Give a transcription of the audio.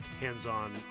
hands-on